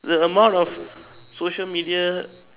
the amount of social media